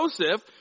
Joseph